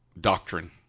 doctrine